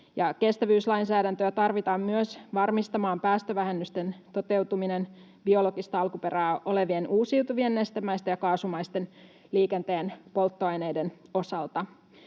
Kestävyyslainsäädäntöä tarvitaan myös varmistamaan päästövähennysten toteutuminen biologista alkuperää olevien uusiutuvien nestemäisten ja kaasumaisten liikenteen polttoaineiden osalta.